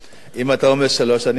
אם אתה אומר שלוש, אני מאמין לך.